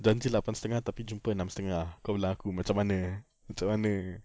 janji lapan setengah tapi jumpa enam setengah kau bilang aku macam mana macam mana